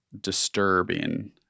disturbing